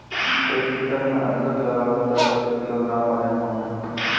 एक एकड़ मे अदरक लगाबो त कतेक किलोग्राम वजन होही?